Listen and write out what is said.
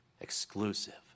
Exclusive